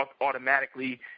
automatically